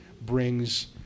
brings